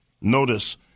Notice